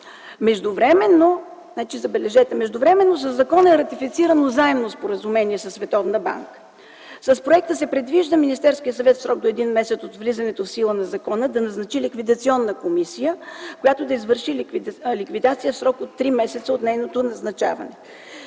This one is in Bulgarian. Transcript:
забележете, със закона е ратифицирано заемно споразумение със Световната банка. С проекта се предвижда Министерският съвет в срок до един месец от влизането в сила на закона да назначи ликвидационна комисия, която да извърши ликвидация в срок от три месеца от нейното назначаване.